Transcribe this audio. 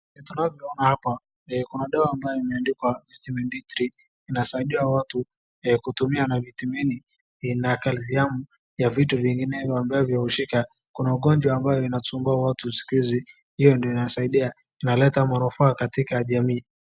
Tunavyoona hapa kuna dawa ambayo imeandikwa vitamin D3 inasaidia watu kutumia na vitamini na kalshiamu na vitu vinginevyo ambavyo hushika, kuna ugonjwa ambayo husumbua watu siku hizi, hiyo ndio inasaidia, inaleta manufaa katika jamii.